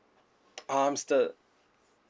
um it's the